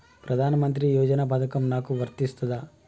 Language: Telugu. ప్రధానమంత్రి యోజన పథకం నాకు వర్తిస్తదా?